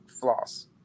floss